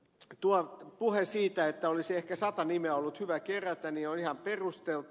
tuo puhe siitä että olisi ehkä sata nimeä ollut hyvä kerätä on ihan perusteltu